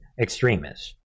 extremists